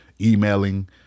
emailing